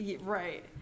Right